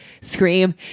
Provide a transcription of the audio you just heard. scream